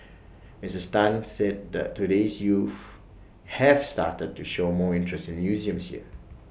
misses Tan said that today's youth have started to show more interest in museums here